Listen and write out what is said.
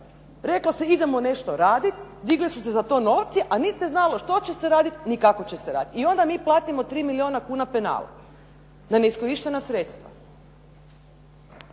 Reklo se idemo nešto radi, digli su se za to novci a niti se znalo što će se raditi ni kako će se raditi. I onda mi platimo 3 milijuna kuna penal na neiskorištena sredstva.